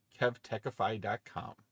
kevtechify.com